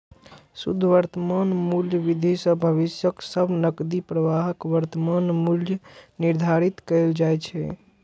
शुद्ध वर्तमान मूल्य विधि सं भविष्यक सब नकदी प्रवाहक वर्तमान मूल्य निर्धारित कैल जाइ छै